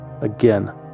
Again